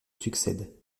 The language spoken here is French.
succède